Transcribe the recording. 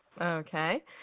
Okay